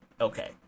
okay